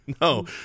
No